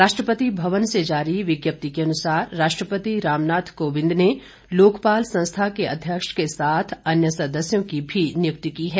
राष्ट्रपति भवन से जारी विज्ञप्ति के अनुसार राष्ट्रपति राम नाथ कोविंद ने लोकपाल संस्थार के अध्यक्ष के साथ अन्य सदस्यों की भी नियुक्ति की है